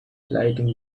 lighting